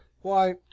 Why